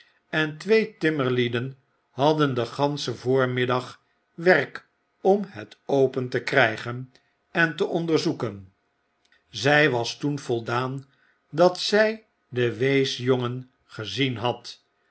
en twee timmerlieden hadden den ganschen voormiddag werk om het open te krijgen en te onderzoeken zij was toen voldaan dat zij den weesjongen gezien had